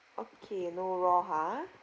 okay no raw ha